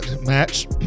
match